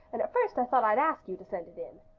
and at first i thought i'd ask you to send it in.